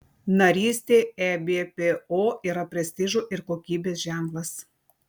narystė ebpo yra prestižo ir kokybės ženklas